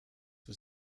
was